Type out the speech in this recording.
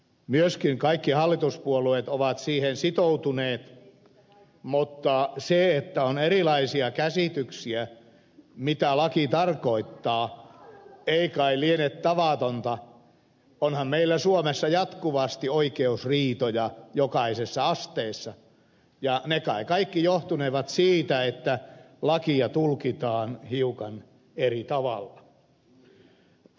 myöskin kaikki hallituspuolueet ovat siihen sitoutuneet mutta se että on erilaisia käsityksiä siitä mitä laki tarkoittaa ei kai liene tavatonta onhan meillä suomessa jatkuvasti oikeusriitoja jokaisessa asteessa ja ne kai kaikki johtunevat siitä että lakia tulkitaan hiukan eri tavalla